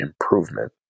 improvement